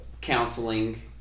counseling